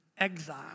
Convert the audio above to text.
exile